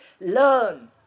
learn